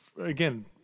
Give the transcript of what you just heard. again